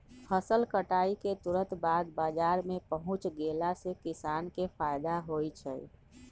फसल कटाई के तुरत बाद बाजार में पहुच गेला से किसान के फायदा होई छई